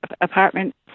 apartment